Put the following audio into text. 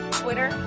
twitter